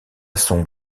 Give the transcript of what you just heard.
son